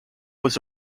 was